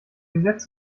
gesetz